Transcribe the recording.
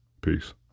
Peace